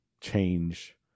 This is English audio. change